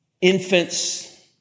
infants